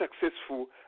successful